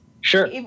Sure